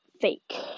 fake